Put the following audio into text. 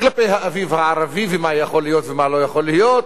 כלפי האביב הערבי ומה יכול להיות ומה לא יכול להיות,